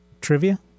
trivia